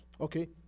okay